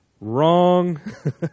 Wrong